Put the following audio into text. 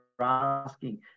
asking